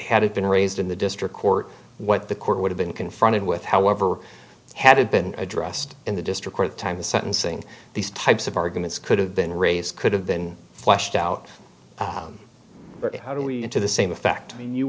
it been raised in the district court what the court would have been confronted with however had it been addressed in the district court time the sentencing these types of arguments could have been raised could have been flushed out how do we get to the same effect when you